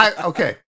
Okay